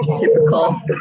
typical